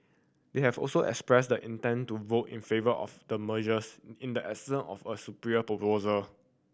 they have also expressed the intent to vote in favour of the mergers in the absence of a superior proposal